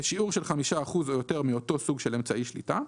בשיעור של 5% או יותר מאותו סוג של אמצעי שליטה,